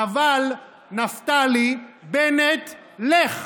נב"ל, נפתלי בנט לך,